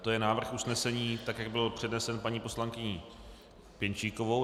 To je návrh usnesení, tak jak byl přednesen paní poslankyní Pěnčíkovou.